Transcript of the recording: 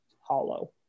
hollow